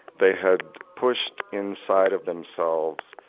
they had pushed inside of themselves,